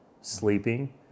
sleeping